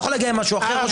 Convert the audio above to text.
לא יכול להגיע ממשהו אחר.